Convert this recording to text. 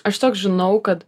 aš toks žinau kad